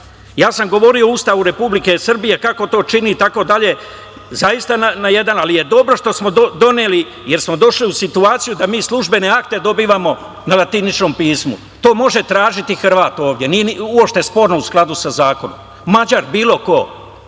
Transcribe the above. sam u Ustavu Republike Srbije kako to čini itd, zaista na jedan… Ali je dobro što smo doneli, jer smo došli u situaciju da mi službene akte dobivamo na latiničnom pismu. To može tražiti Hrvat ovde, nije uopšte sporno u skladu sa zakonom, Mađar, bilo ko,